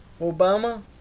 obama